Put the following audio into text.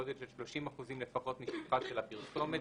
בגודל של 30 אחוזים לפחות משטחה של הפרסומת,